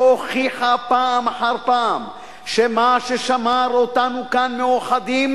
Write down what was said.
שהוכיחה פעם אחר פעם שמה ששמר אותנו כאן מאוחדים,